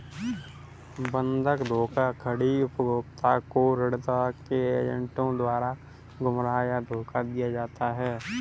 बंधक धोखाधड़ी उपभोक्ता को ऋणदाता के एजेंटों द्वारा गुमराह या धोखा दिया जाता है